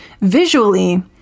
Visually